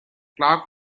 clarke